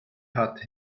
hat